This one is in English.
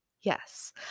Yes